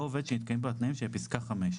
או עובד שמתקיימים בו התנאים שבפסקה (5):